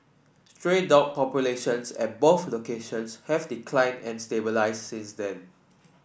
stray dog populations at both locations have declined and stabilised since then